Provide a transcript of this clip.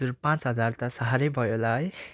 पाँच हजार त साह्रै भयो होला है